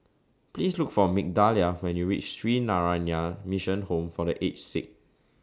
Please Look For Migdalia when YOU REACH Sree Narayana Mission Home For The Aged Sick